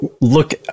look